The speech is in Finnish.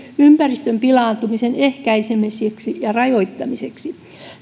ympäristön pilaantumisen ehkäisemiseksi ja rajoittamiseksi